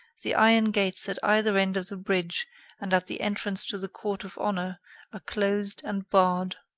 the iron gates at either end of the bridge and at the entrance to the court of honor are closed and barred.